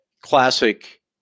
classic